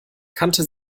kannte